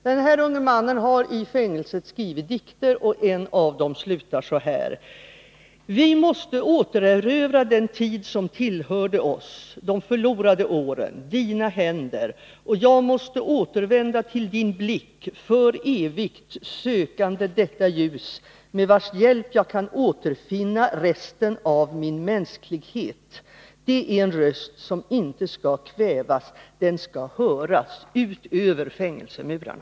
Den här unge mannen har i fängelset skrivit dikter, och en av dem slutar på följande sätt: Vi måste återerövra den tid som tillhörde oss och jag måste återvända till din blick sökande detta ljus med vars hjälp jag kan återfinna resten av min mänsklighet Det här är en röst som inte skall kvävas. Den skall höras, ut över fängelsemurarna.